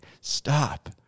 Stop